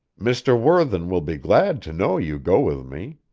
mr. worthen will be glad to know you go with me.